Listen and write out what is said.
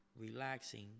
relaxing